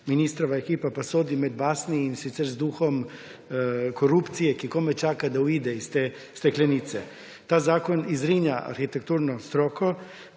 ministrova ekipa, pa sodi med basni, in sicer z duhom korupcije, ki komaj čaka, da uide iz te steklenice. Ta zakon »izrinja« arhitekturno stroko,